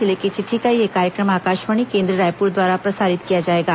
जिले की चिट्ठी का यह कार्यक्रम आकाशवाणी केंद्र रायपुर द्वारा प्रसारित किया जाएगा